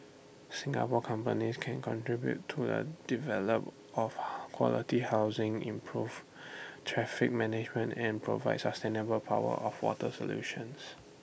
Singapore companies can contribute to the development of quality housing improve traffic management and provide sustainable power and water solutions